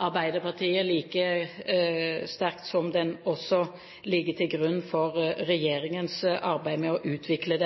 Arbeiderpartiet, like sterkt som den ligger til grunn for regjeringens arbeid med å utvikle